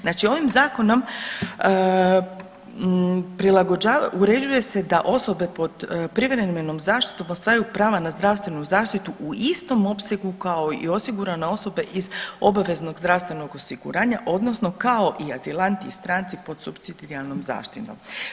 Znači ovim zakonom prilagođava, uređuje sa osobe pod privremenom zaštitom ostvaruju prava na zdravstvenu zaštitu u istom opsegu kao i osigurane osobe iz obaveznog zdravstvenog osiguranja odnosno kao i azilanti i stranci pod supsidijarnom zaštitom.